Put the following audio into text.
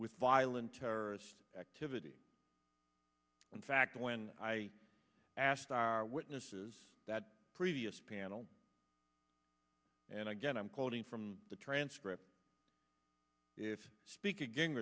with violent terrorist activity in fact when i asked our witnesses that previous panel and again i'm quoting from the transcript if speak